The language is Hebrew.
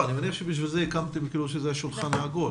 אני מניח שלשם כך הקמתם את השולחן העגול.